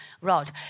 rod